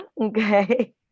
okay